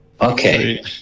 Okay